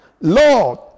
Lord